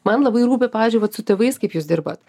man labai rūpi pavyzdžiui vat su tėvais kaip jūs dirbat